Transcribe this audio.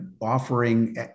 offering